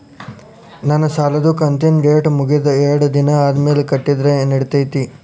ನನ್ನ ಸಾಲದು ಕಂತಿನ ಡೇಟ್ ಮುಗಿದ ಎರಡು ದಿನ ಆದ್ಮೇಲೆ ಕಟ್ಟಿದರ ನಡಿತೈತಿ?